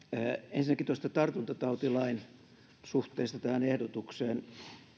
ensinnäkin tuosta tartuntatautilain suhteesta tähän ehdotukseen